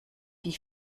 die